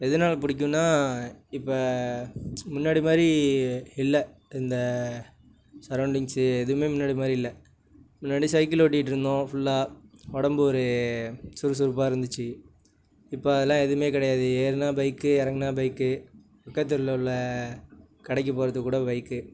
எதனால் பிடிக்கும்னா இப்போ முன்னாடி மாதிரி இல்லை இந்த சரௌண்டிங்ஸு எதுவுமே முன்னாடி மாதிரி இல்லை முன்னாடி சைக்கிள் ஓட்டிகிட்ருந்தோம் ஃபுல்லாக உடம்பு ஒரு சுறுசுறுப்பாக இருந்துச்சு இப்போ அதெல்லாம் எதுவுமே கிடையாது ஏறினா பைக்கு இறங்குனா பைக்கு பக்கத்து தெருவில் உள்ள கடைக்கு போகிறதுக்கூட பைக்கு